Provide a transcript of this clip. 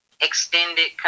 extended